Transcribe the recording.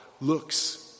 looks